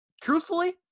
Truthfully